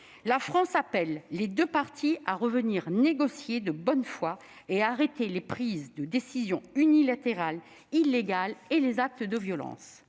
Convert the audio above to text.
La France appelle les deux parties à revenir négocier de bonne foi et à arrêter les prises de décisions unilatérales illégales et les actes de violence.